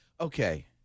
Okay